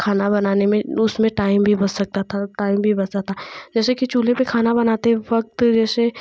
खाना बनाने में उसमें टाइम भी बच सकता था टाइम भी बचता था जैसे कि चूल्हे पर खाना बनाते वक्त जैसे